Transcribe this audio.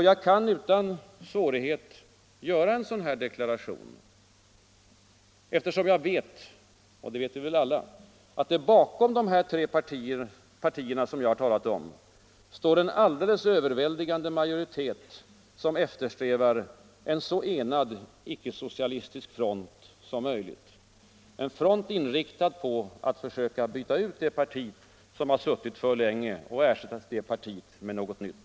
Jag kan utan svårighet göra en sådan deklaration, eftersom jag vet — och det vet vi alla — att det bakom de tre partier som jag talat om står en alldeles överväldigande majoritet som eftersträvar en så enad icke-socialistisk front som möjligt, en front inriktad på att försöka byta ut det parti som har suttit för länge och ersätta det partiet med något nytt.